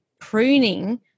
pruning